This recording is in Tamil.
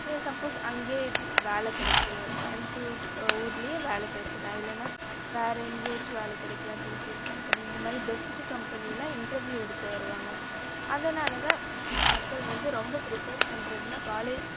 ஏ சப்போஸ் அங்கேயே வேலை கிடச்சிரும் கோயமுத்தூர் ஊர்லேயே வேலை கிடச்சிரும் இல்லைன்னா வேறே எங்கேயாச்சும் வேலை கிடைக்கலாம் டிசிஎஸ் கம்பெனி இந்த மாதிரி பெஸ்ட்டு கம்பெனிலாம் இண்டர்வியூ எடுக்க வருவாங்க அதனால் தான் மக்கள் வந்து ரொம்ப பிரிஃபெர் பண்றதுனால் காலேஜ்